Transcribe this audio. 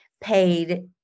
paid